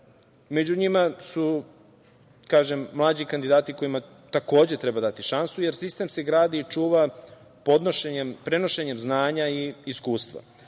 njima su, kažem, mlađi kandidati kojima takođe treba dati šansu, jer sistem se gradi i čuva prenošenjem znanja i iskustva.